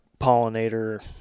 pollinator